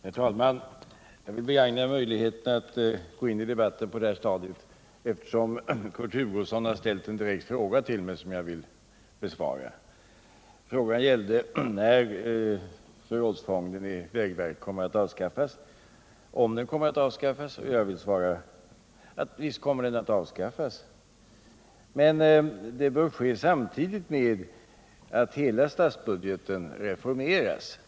Herr talman! Jag vill begagna möjligheten att gå in i debatten på detta stadium, eftersom Kurt Hugosson har ställt en direkt fråga till mig, som jag vill besvara. Frågan gällde om och när förrådsfonden i vägverket kommer att avskaffas. Jag vill svara att den kommer att avskaffas men att det bör ske samtidigt med att hela statsbudgeten reformeras.